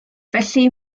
felly